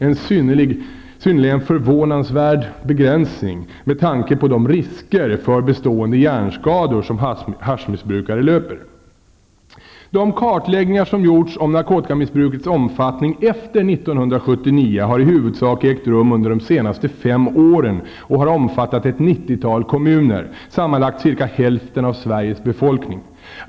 En synnerligen förvånansvärd begränsning med tanke på bl.a. de risker för bestående hjärnskador som haschmissbrukare löper. De kartläggningar som gjorts om narkotikamissbrukets omfattning efter 1979 har i huvudsak ägt rum under de senaste fem åren och har omfattat ca 90 kommuner -- sammanlagt ungefär hälften av Sveriges befolkning.